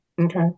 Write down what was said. okay